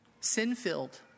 sin-filled